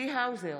צבי האוזר,